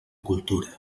cultura